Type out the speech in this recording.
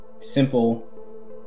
Simple